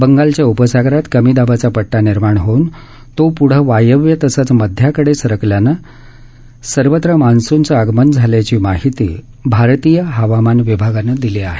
बंगालच्या उपसागरात कमी दाबाचा पट्टा निर्माण होऊन तो पुढं वायव्य तसंच मध्याकडे सरकल्यानं सर्वत्र मान्सूनचं आगमन झाल्याची माहिती भारतीय हवामान विभागानं दिली आहे